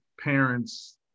parents